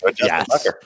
Yes